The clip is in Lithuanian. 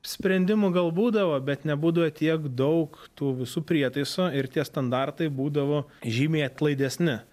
sprendimų gal būdavo bet nebūdavo tiek daug tų visų prietaisų ir tie standartai būdavo žymiai atlaidesni